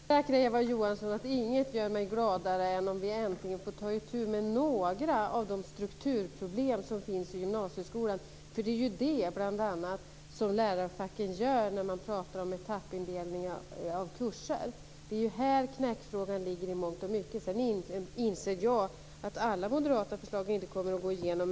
Fru talman! Jag kan försäkra Eva Johansson att inget gör mig gladare än om vi äntligen får ta itu med några av de strukturproblem som finns i gymnasieskolan. Det är bl.a. det som lärarfacken gör när de pratar om etappindelning av kurser. Det är här knäckfrågan ligger i mångt och mycket. Sedan inser jag att alla moderata förslag inte kommer att gå igenom.